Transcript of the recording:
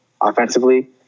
offensively